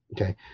okay